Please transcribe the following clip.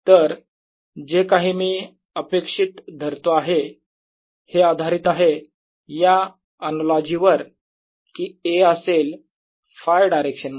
तर जे काही मी अपेक्षित धरतो आहे हे आधारित आहे या अनालॉजी वर की A असेल Φ डायरेक्शन मध्ये